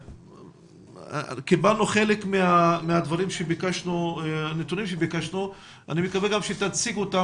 קיבלנו חלק מהנתונים שביקשנו ואני מקווה שתציג אותם